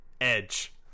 Edge